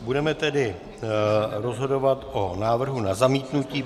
Budeme tedy rozhodovat o návrhu na zamítnutí.